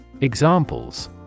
Examples